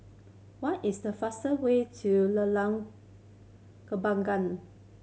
what is the fastest way to Lorong Kembagan